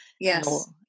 Yes